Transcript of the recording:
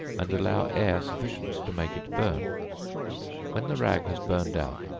and allow air sufficient to make it burn when the rag has burned out,